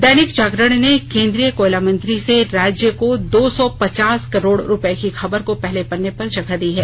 दैनिक जागरण ने केंद्रीय कोयला मंत्री से राज्य को दो सौ पचास करोड़ रुपये की खबर को पहले पन्ने पर जगह दी है